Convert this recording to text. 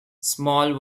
small